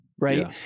Right